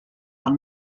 del